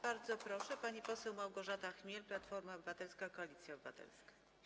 Bardzo proszę, pani poseł Małgorzata Chmiel, Platforma Obywatelska - Koalicja Obywatelska.